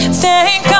thank